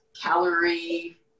calorie